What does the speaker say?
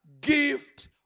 gift